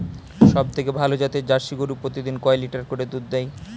সবথেকে ভালো জাতের জার্সি গরু প্রতিদিন কয় লিটার করে দুধ দেয়?